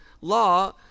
law